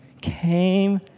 Came